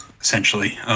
essentially